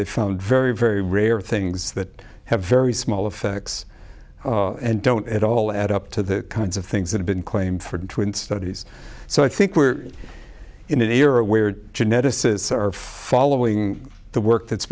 they found very very rare things that have very small effects and don't at all add up to the kinds of things that have been claimed for twin studies so i think we're in an era where geneticists are following the work that's